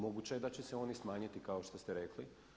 Moguće je da će se oni smanjiti kao što ste rekli.